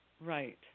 Right